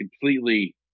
completely